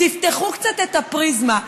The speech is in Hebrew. תפתחו קצת את הפריזמה.